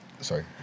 Sorry